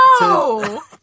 No